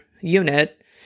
unit